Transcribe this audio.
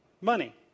money